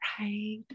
right